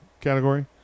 category